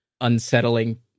unsettling